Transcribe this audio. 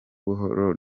buhoro